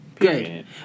good